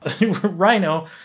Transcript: Rhino